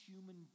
human